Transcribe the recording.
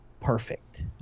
Perfect